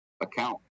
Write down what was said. account